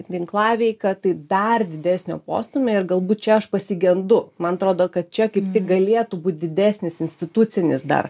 tinklaveika tai dar didesnio postūmio ir galbūt čia aš pasigendu man atrodo kad čia kaip tik galėtų būt didesnis institucinis dar